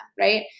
right